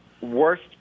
worst